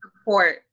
support